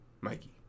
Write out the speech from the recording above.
Mikey